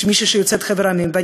למי שהיא יוצאת חבר המדינות.